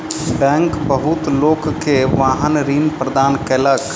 bank बहुत लोक के वाहन ऋण प्रदान केलक